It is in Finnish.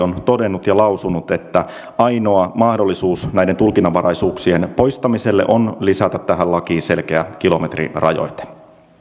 on todennut ja lausunut että ainoa mahdollisuus näiden tulkinnanvaraisuuksien poistamiseen on lisätä tähän lakiin selkeä kilometrirajoite